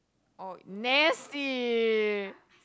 oh nasty